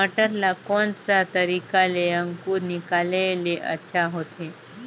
मटर ला कोन सा तरीका ले अंकुर निकाले ले अच्छा होथे?